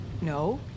No